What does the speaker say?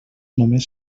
només